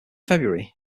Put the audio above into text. february